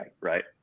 Right